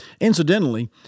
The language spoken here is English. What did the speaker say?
Incidentally